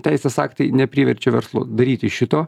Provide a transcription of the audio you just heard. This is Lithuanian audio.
teisės aktai nepriverčia verslo daryti šito